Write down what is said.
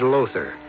Lothar